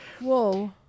Whoa